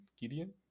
Gideon